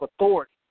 authority